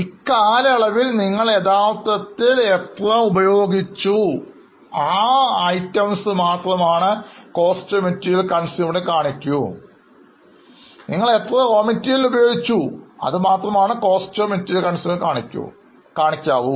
ഇക്കാലയളവിൽ യഥാർത്ഥത്തിൽ ഉപഭോഗം ചെയ്യുന്നത് മാത്രമേ Cost of materials consumed കാണിക്കൂ